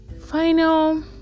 Final